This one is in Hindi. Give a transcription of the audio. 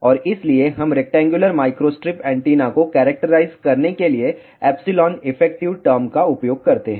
और इसीलिए हम रेक्टेंगुलर माइक्रोस्ट्रिप एंटीना को कैरक्टराइज करने के लिए एप्सिलॉन इफेक्टिव टर्म का उपयोग करते हैं